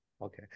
Okay